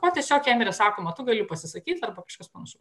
o tiesiog jam yra sakoma tu gali pasisakyt arba kažkas panašaus